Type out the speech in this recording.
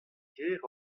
kêr